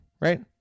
right